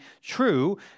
true